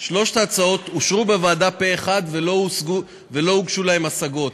שלוש ההצעות אושרו בוועדה פה אחד ולא הוגשו להן השגות.